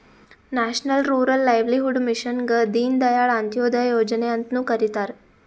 national rural livelihood ಮಿಷನ್ಗ ದೀನ್ ದಯಾಳ್ ಅಂತ್ಯೋದಯ ಯೋಜನೆ ಅಂತ್ನು ಕರಿತಾರ